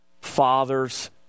father's